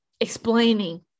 explaining